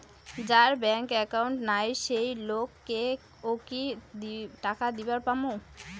যার bank account নাই সেই লোক কে ও কি টাকা দিবার পামু?